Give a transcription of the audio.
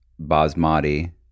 basmati